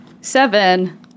Seven